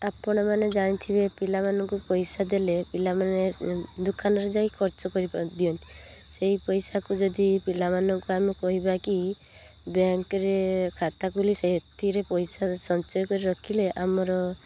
ଆପଣ ମାନେ ଜାଣିଥିବେ ପିଲାମାନଙ୍କୁ ପଇସା ଦେଲେ ପିଲାମାନେ ଦୋକାନରେ ଯାଇ ଖର୍ଚ୍ଚ କରି ଦିଅନ୍ତି ସେଇ ପଇସାକୁ ଯଦି ପିଲାମାନଙ୍କୁ ଆମେ କହିବା କି ବ୍ୟାଙ୍କରେ ଖାତା ଖୋଲି ସେଥିରେ ପଇସା ସଞ୍ଚୟ କରି ରଖିଲେ ଆମର